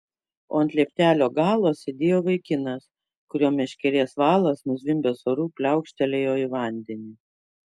o ant lieptelio galo sėdėjo vaikinas kurio meškerės valas nuzvimbęs oru pliaukštelėjo į vandenį